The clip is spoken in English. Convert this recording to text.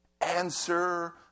answer